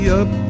up